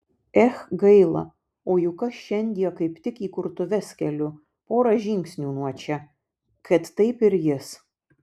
ech gaila o juk aš šiandie kaip tik įkurtuves keliu pora žingsnių nuo čia kad taip ir jis